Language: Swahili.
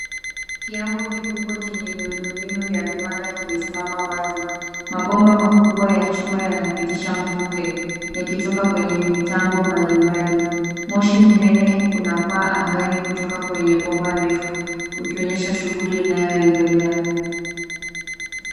Kiambo kikubwa chenye miundo mbinu ya viwanda kimesimama wazi. Mabomba makubwa ya chuma yanapitisha mvuke yakitoka kwenye mitambo mbali mbali. Moshi mnene unapaa kutoka kwenye bomba refu ukiosha shughuli inayoendelea.